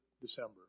December